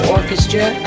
Orchestra